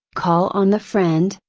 call on the friend,